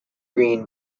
green